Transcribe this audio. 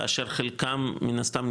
כאשר חלקן מן הסתם,